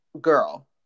girl